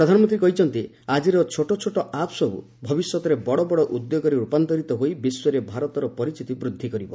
ପ୍ରଧାନମନ୍ତ୍ରୀ କହିଛନ୍ତି ଆଜିର ଛୋଟଛୋଟ ଆପ୍ ସବୁ ଭବିଷ୍ୟତରେ ବଡ ବଡ ଉଦ୍ୟୋଗରେ ରୂପାନ୍ତରିତ ହୋଇ ବିଶ୍ୱରେ ଭାରତର ପରିଚିତି ବୃଦ୍ଧି କରିବ